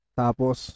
tapos